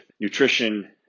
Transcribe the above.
nutrition